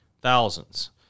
Thousands